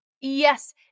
Yes